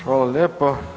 Hvala lijepo.